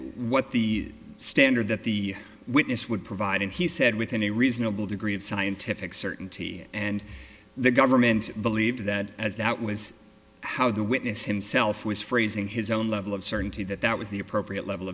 what the standard that the witness would provide and he said within a reasonable degree of scientific certainty and the government believed that as that was how the witness himself was phrasing his own level of certainty that that was the appropriate level